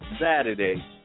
Saturday